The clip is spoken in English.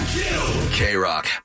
K-Rock